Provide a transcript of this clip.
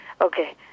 Okay